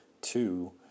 two